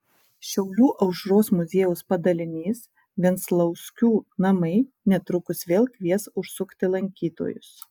šiaulių aušros muziejaus padalinys venclauskių namai netrukus vėl kvies užsukti lankytojus